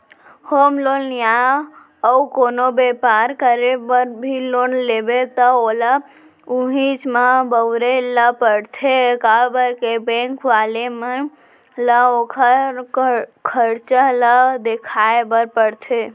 home loan या अउ कोनो बेपार करे बर भी लोन लेबे त ओला उहींच म बउरे ल परथे काबर के बेंक वाले मन ल ओखर खरचा ल देखाय बर परथे